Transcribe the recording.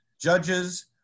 judges